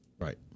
Right